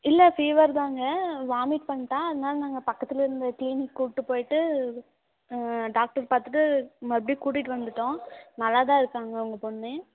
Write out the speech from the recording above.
இல்லை ஃபீவர் தாங்க வாமிட் பண்ணிட்டா அதனால நாங்கள் பக்கத்தில் இருந்த ஒரு க்ளீனிக் கூட்டு போயிட்டு டாக்டர் பார்த்துட்டு மறுபடியும் கூட்டிகிட்டு வந்துட்டோம் நல்லா தான் இருக்காங்க உங்கள் பொண்ணு